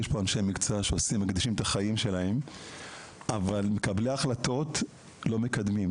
יש פה אנשי מקצוע שמקדישים את החיים שלהם אבל מקבלי ההחלטות לא מקדמים.